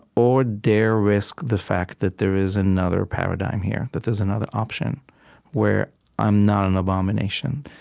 or dare risk the fact that there is another paradigm here, that there's another option where i'm not an abomination